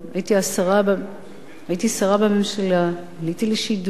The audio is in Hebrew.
הייתי שרה בממשלה, עליתי לשידור,